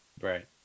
Right